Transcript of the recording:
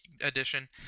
edition